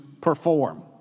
perform